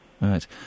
Right